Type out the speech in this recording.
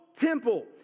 temple